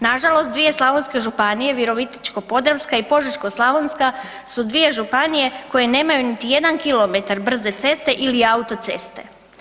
Nažalost, dvije slavonske županije, Virovitičko-podravska i Požeško-slavonska su dvije županije koje nemaju niti jedan kilometar brze ceste ili autoceste.